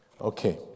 Okay